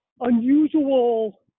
unusual